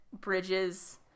bridges